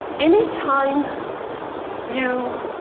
anytime you